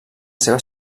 seva